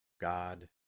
God